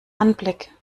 anblick